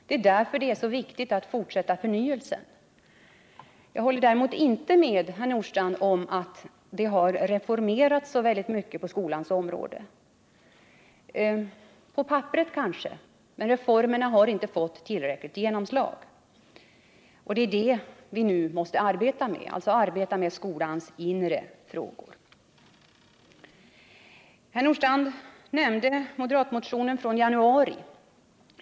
Därför är det så viktigt att fortsätta förnyelsen. Däremot håller jag inte med herr Nordstrandh om att det har reformerats så väldigt mycket på skolans område. Det har kanske reformerats mycket på papperet, men reformerna har inte fått tillräcklig genomslagskraft, och det är detta som vi nu måste arbeta med, dvs. arbeta med skolans inre frågor. Herr Nordstrandh nämnde moderatmotionen från januari.